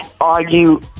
argue